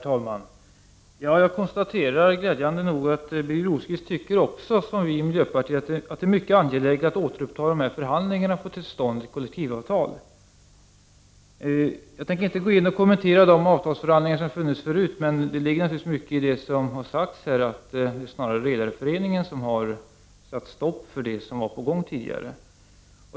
Herr talman! Jag konstaterar att Birger Rosqvist glädjande nog tycker som vi i miljöpartiet, att det är mycket angeläget att återuppta förhandlingarna för att få till stånd ett kollektivavtal. Jag tänker inte kommentera de avtalsförhandlingar som har förts förut. Men det ligger naturligtvis mycket i det som har sagts här — att det snarare är Redareföreningen som har satt stopp för det som var på gång tidigare.